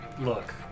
Look